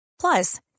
Plus